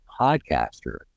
podcaster